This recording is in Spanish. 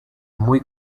muy